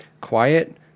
Quiet